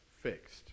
fixed